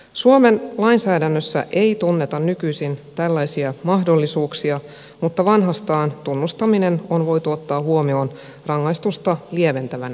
suomen lainsäädännössä ei tunneta nykyisin tällaisia mahdollisuuksia mutta vanhastaan tunnustaminen on voitu ottaa huomioon rangaistusta lieventävänä seikkana